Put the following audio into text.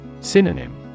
Synonym